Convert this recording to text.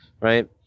Right